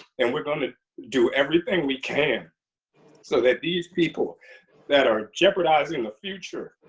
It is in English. and we're going to do everything we can so that these people that are jeopardizing the future